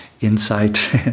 insight